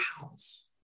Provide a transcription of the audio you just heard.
house